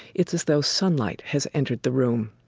it's as though sunlight has entered the room.